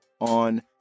on